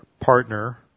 partner